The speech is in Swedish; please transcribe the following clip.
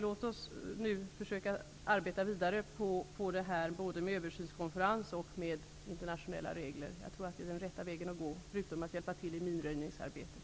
Låt oss nu försöka arbeta vidare med att få en översynskonferens och internationella regler. Jag tror att det är den rätta vägen, förutom att hjälpa till i minröjningsarbetet.